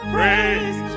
Praise